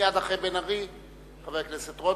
מייד אחרי בן-ארי חבר הכנסת רותם.